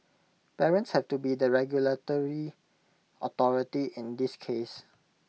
parents have to be the 'regulatory authority' in this case